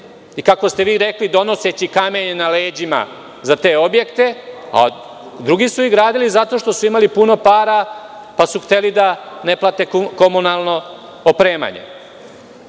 i kako ste vi rekli, donoseći kamenje na leđima za te objekte, a drugi su ih gradili zato što su imali puno para pa su hteli da ne plate komunalno opremanje. Kažete